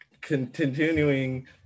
continuing